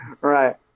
Right